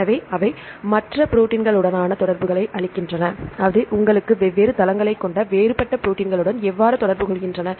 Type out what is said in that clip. எனவே அவை மற்ற ப்ரோடீன்களுடனான தொடர்புகளை அளிக்கின்றன அவை உங்களுக்கு வெவ்வேறு தளங்களைக் கொண்ட வேறுபட்ட ப்ரோடீன்களுடன் எவ்வாறு தொடர்பு கொள்கின்றன